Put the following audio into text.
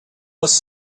was